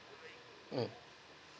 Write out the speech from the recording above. um